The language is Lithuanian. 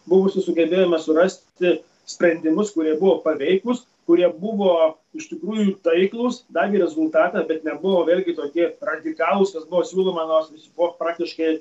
buvusius sugebėjome surasti sprendimus kurie buvo paveikūs kurie buvo iš tikrųjų taiklūs davė rezultatą bet nebuvo vėlgi tokie radikalūs kas buvo siūloma nors visi buvo praktiškai